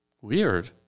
Weird